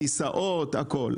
כיסאות והכול.